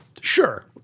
Sure